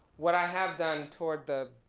what i have done toward the